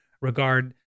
regard